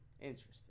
Interesting